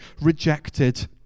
rejected